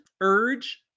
urge